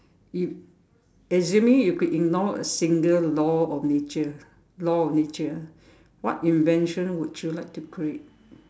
you assuming you could ignore a single law of nature law of nature ah what invention would you like to create